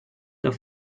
the